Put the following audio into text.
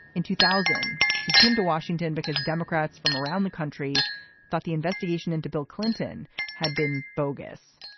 in two thousand he came to washington because democrats from around the country thought the investigation into bill clinton had been bogus.